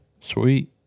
Sweet